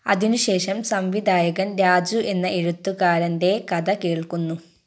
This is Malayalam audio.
അതിന് ശേഷം സംവിധായകൻ രാജു എന്ന എഴുത്തുകാരൻ്റെ കഥ കേൾക്കുന്നു